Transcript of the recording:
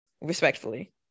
Respectfully